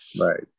Right